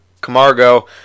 Camargo